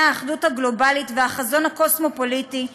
האחדות הגלובלית והחזון הקוסמופוליטי,